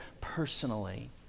personally